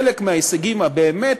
חלק מההישגים הבאמת,